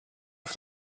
off